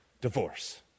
divorce